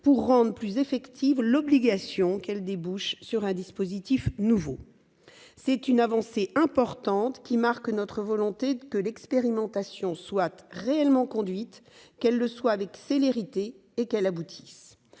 pour rendre plus effective l'obligation qu'elle débouche sur un dispositif nouveau. C'est une avancée importante qui marque notre volonté que l'expérimentation soit réellement conduite, qu'elle le soit avec célérité et qu'elle aboutisse.